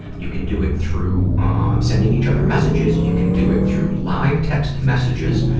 you can do it through ah sending each other messages. you can do it through live text messages.